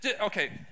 okay